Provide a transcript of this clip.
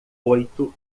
oito